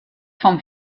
vom